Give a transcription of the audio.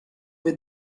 with